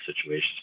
situations